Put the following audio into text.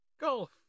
golf